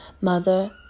Mother